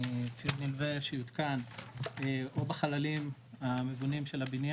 ציוד נלווה שיותקן או בחללים המבונים של הבנין